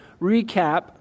recap